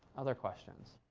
other questions?